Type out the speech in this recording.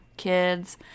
kids